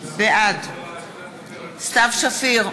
בעד סתיו שפיר,